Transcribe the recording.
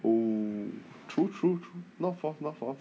!woo! true true true north of north of